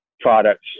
products